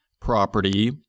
property